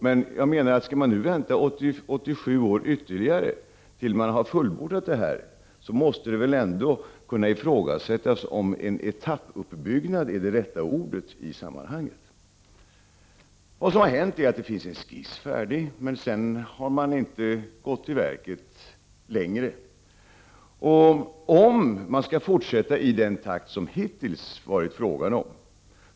Skall vi nu behöva vänta ytterligare 87 år innan det här är fullbordat, måste man väl kunna ifrågasätta om etappuppbyggnad är det rätta ordet i sammanhanget. Det finns en skiss färdig, men man har inte skridit till verket. Skall man fortsätta i den takt som det hittills har varit fråga om?